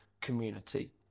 community